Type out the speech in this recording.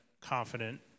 confident